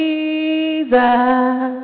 Jesus